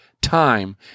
time